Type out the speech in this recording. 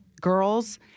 girls—